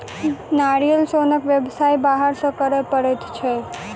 नारियल सोनक व्यवसाय बाहर सॅ करय पड़ैत छै